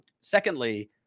secondly